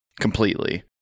completely